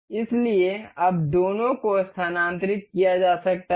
इसलिए अब दोनों को स्थानांतरित किया जा सकता है